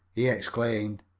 he exclaimed.